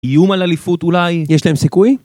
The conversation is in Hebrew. איום על אליפות אולי? יש להם סיכוי?